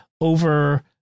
over